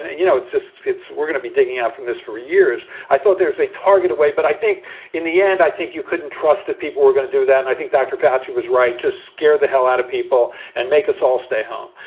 you know, it's just it's we're gonna be digging out from this for years. i thought there's a target away. but i think in the end, i think you couldn't trust that people were going to do that. and i think dr. fatchett was right to scare the hell out of people and make us all stay home.